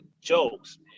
jokes